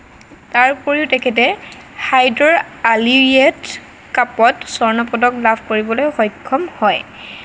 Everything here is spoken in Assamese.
তাৰোপৰিও তেখেতে হায়দৰ আলিৰিয়েট কাপত স্বৰ্ণ পদক লাভ কৰিবলৈ সক্ষম হয়